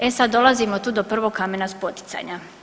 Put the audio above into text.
E sad dolazimo tu do prvog kamena spoticanja.